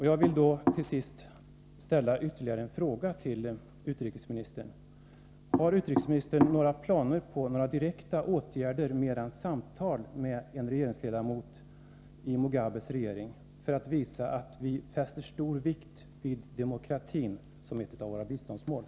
Jag vill till sist ställa ytterligare en fråga till utrikesministern: Har utrikesministern några planer på några direkta åtgärder mer än samtal med en regeringsledamot i Mugabes regering, för att visa att vi fäster stor vikt vid demokratin som ett av biståndsmålen?